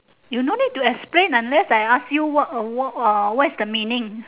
you no need to explain unless I ask you what a what a what's the meaning